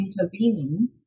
intervening